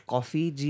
Coffee